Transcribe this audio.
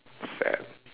sad